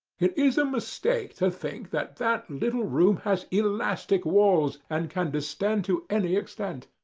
it is a mistake to think that that little room has elastic walls and can distend to any extent.